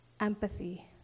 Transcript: empathy